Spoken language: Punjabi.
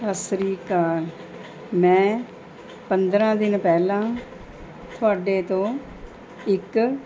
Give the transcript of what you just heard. ਸਤਿ ਸ਼੍ਰੀ ਅਕਾਲ ਮੈਂ ਪੰਦਰ੍ਹਾਂ ਦਿਨ ਪਹਿਲਾਂ ਤੁਹਾਡੇ ਤੋਂ ਇੱਕ